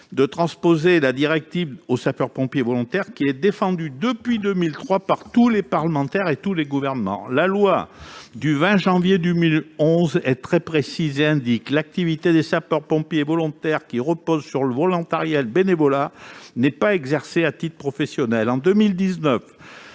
de transposer la directive aux sapeurs-pompiers volontaires, position qui est défendue depuis 2003 par tous les parlementaires et tous les gouvernements. La loi du 20 juillet 2011 est très précise et indique que « l'activité de sapeur-pompier volontaire, qui repose sur le volontariat et le bénévolat, n'est pas exercée à titre professionnel ». En 2019,